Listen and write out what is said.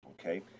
Okay